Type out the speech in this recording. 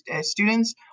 students